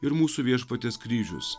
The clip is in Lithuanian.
ir mūsų viešpaties kryžius